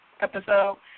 Episode